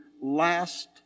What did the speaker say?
last